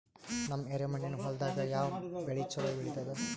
ನಮ್ಮ ಎರೆಮಣ್ಣಿನ ಹೊಲದಾಗ ಯಾವ ಬೆಳಿ ಚಲೋ ಬೆಳಿತದ?